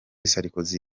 sarkozy